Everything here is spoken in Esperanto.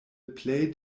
plej